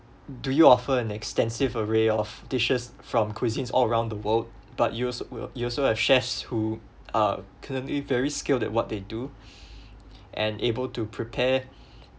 do you offer an extensive array of dishes from cuisines all around the world but use will you also have chefs who are currently very skilled at what they do and able to prepare